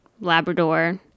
Labrador